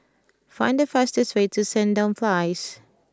find the fastest way to Sandown Place